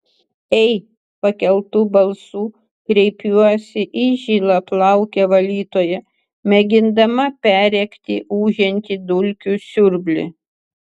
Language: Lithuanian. ei pakeltu balsu kreipiuosi į žilaplaukę valytoją mėgindama perrėkti ūžiantį dulkių siurblį